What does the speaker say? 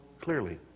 clearly